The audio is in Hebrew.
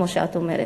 כמו שאת אומרת,